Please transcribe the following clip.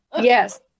yes